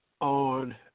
on